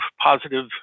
positive